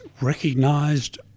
recognised